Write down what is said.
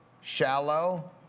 shallow